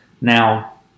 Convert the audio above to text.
Now